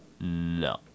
No